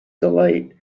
delight